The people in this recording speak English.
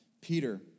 Peter